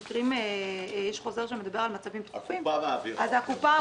אז הקופה אמורה במצב דחוף לאפשר לו